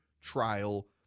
trial